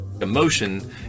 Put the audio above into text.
Emotion